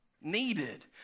needed